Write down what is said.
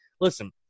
listen